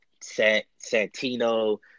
Santino